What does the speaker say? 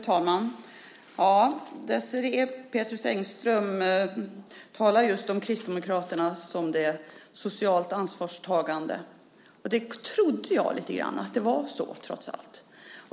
Fru talman! Désirée Pethrus Engström talar just om Kristdemokraterna som det socialt ansvarstagande partiet. Och jag trodde lite grann att det var så trots allt.